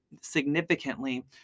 significantly